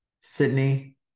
Sydney